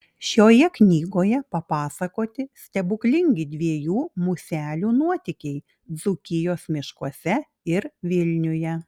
šioje knygoje papasakoti stebuklingi dviejų muselių nuotykiai dzūkijos miškuose ir vilniuje